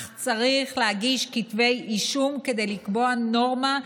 אך צריך להגיש כתבי אישום כדי לקבוע נורמה,